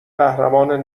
قهرمان